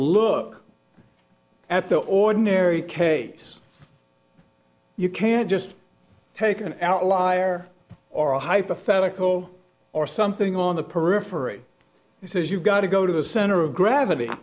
look at the ordinary case you can't just take an outlier or a hypothetical or something on the periphery he says you've got to go to the center of gravity